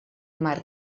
mar